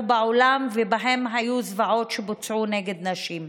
בעולם ובהן היו זוועות שבוצעו נגד נשים.